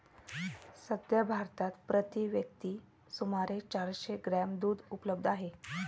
सध्या भारतात प्रति व्यक्ती सुमारे चारशे ग्रॅम दूध उपलब्ध आहे